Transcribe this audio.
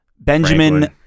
Benjamin